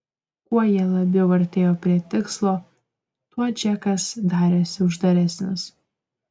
kuo jie labiau artėjo prie tikslo tuo džekas darėsi uždaresnis